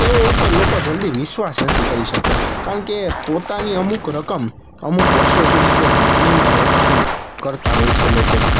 તેઓ ઉપર લોકો જલ્દી વિશ્વાસ નથી કરી શકતા કારણકે પોતાની અમુક રકમ અમુક વર્ષો સુધી કોઈ કંપનીમાં રોકાણ કરતાં હોય છે લોકો